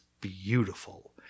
beautiful